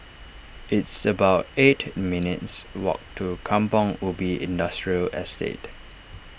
it's about eight minutes' walk to Kampong Ubi Industrial Estate